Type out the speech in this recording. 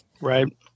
right